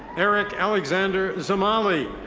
eric alexander zamali.